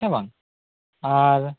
ᱦᱮᱸᱵᱟᱝ ᱟᱨ